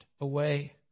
away